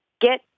get